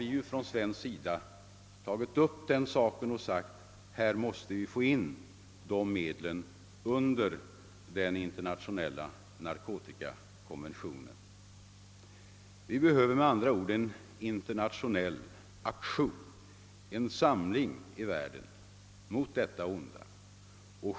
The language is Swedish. Vi har från svensk sida begärt att dessa medel skall tas upp i den internationella narkotikakonventionen. Vi behöver med andra ord en internationell aktion, en samling i världen mot detta onda.